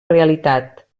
realitat